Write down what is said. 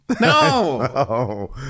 No